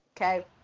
okay